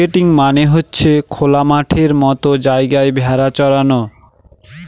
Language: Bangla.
হার্ডিং মানে হচ্ছে খোলা মাঠের মতো জায়গায় ভেড়া চরানো